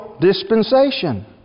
Dispensation